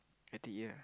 I_T_E ah